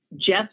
Jeff